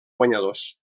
guanyadors